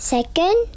Second